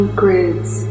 grids